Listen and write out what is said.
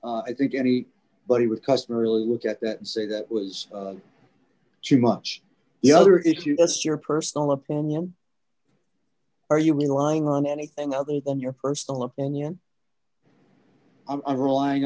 it i think any buddy with customer really look at that and say that was too much the other issue that's your personal opinion are you me lying on anything other than your personal opinion i'm relying